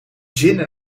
gin